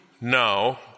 now